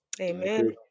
Amen